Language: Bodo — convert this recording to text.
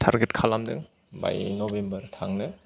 टार्गेत खालामदों बाय नभेम्बर थांनो